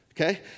okay